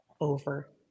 over